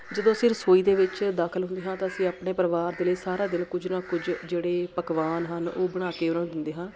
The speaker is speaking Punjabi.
ਜਦੋਂ ਅਸੀਂ ਰਸੋਈ ਦੇ ਵਿੱਚ ਦਾਖਲ ਹੁੰਦੇ ਹਾਂ ਤਾਂ ਅਸੀਂ ਆਪਣੇ ਪਰਿਵਾਰ ਦੇ ਲਈ ਸਾਰਾ ਦਿਨ ਕੁਝ ਨਾ ਕੁਝ ਜਿਹੜੇ ਪਕਵਾਨ ਹਨ ਉਹ ਬਣਾ ਕੇ ਉਹਨਾਂ ਨੂੰ ਦਿੰਦੇ ਹਾਂ